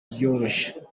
byoroshye